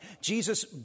Jesus